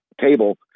table